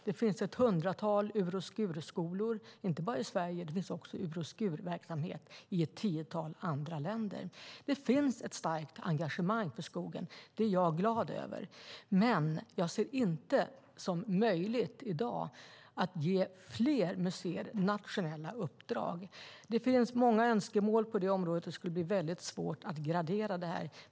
Det finns ett hundratal ur och skur-förskolor - inte bara i Sverige, utan sådan verksamhet finns också i ett tiotal andra länder. Det finns ett starkt engagemang för skogen, och det är jag glad över. Men jag ser det inte som möjligt i dag att ge fler museer nationella uppdrag. Det finns många önskemål på området, och det skulle bli svårt att gradera det.